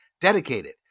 dedicated